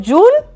June